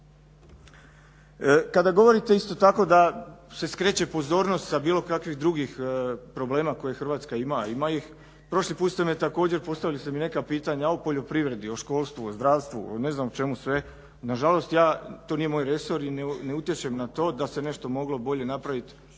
Kada govorite isto tako da se skreće pozornost sa bilo kakvih drugih problema koje Hrvatska ima, a ima ih, prošli put ste mi također, postavili ste mi neka pitanja o poljoprivredi, o školstvu, o zdravstvu o ne znam čemu sve ne. Nažalost ja, to nije moj resor i ne utječem na to. Da se nešto moglo bolje napraviti